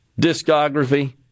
discography